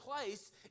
place